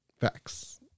Facts